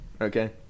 okay